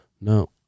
No